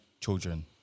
children